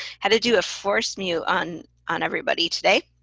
had to do a force mute on on everybody today.